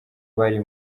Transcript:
bari